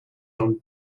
own